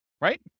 right